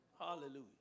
Hallelujah